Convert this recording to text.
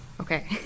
Okay